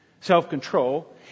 self-control